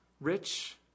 rich